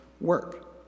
work